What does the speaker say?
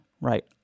right